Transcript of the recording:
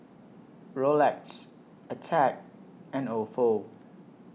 Rolex Attack and Ofo